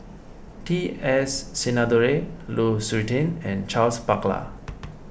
T S Sinnathuray Lu Suitin and Charles Paglar